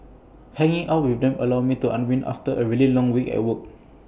hanging out with them allows me to unwind after A really long week at work